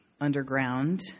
underground